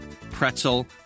pretzel